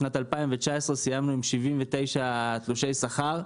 בשנת 2019 סיימנו עם 79 תלושי שכר,